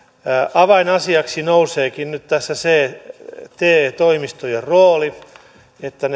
avainasiaksi nouseekin nyt tässä se te toimistojen rooli että